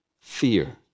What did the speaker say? fear